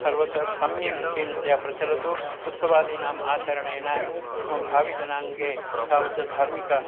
सर्वत्रापि सम्यक् इच्छेनतया प्रचलतु उत्सवादीनाम् आचरणेन आम् भाविजनाङ्गे तावत् धार्मिकं